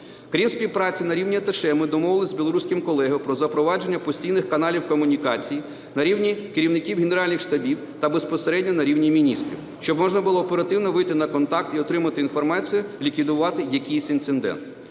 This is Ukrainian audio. Крім співпраці, на рівні аташе ми домовились з білоруським колегою про запровадження постійних каналів комунікації на рівні керівників генеральних штабів та безпосередньо на рівні міністрів, щоб можна було оперативно вийти на контакт і отримати інформацію, ліквідувати якийсь інцидент.